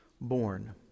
born